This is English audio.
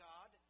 God